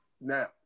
now